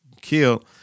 killed